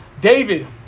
David